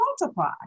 multiply